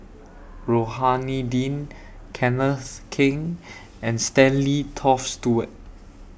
Rohani Din Kenneth Keng and Stanley Toft Stewart